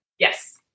Yes